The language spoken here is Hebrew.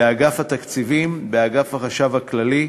באגף התקציבים, באגף החשב הכללי,